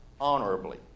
honorably